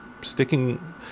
sticking